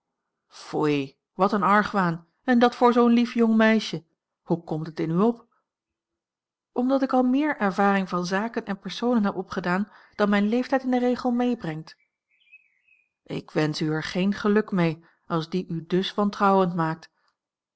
foei wat een argwaan en dat voor zoo'n lief jong meisje hoe komt het in u op omdat ik al meer ervaring van zaken en personen heb opgedaan dan mijn leeftijd in den regel meebrengt ik wensch er u geen geluk mee als die u dus wantrouwend maakt